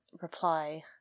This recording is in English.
reply